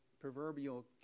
proverbial